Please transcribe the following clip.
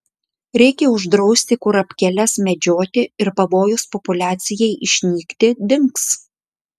reikia uždrausti kurapkėles medžioti ir pavojus populiacijai išnykti dings